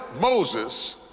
Moses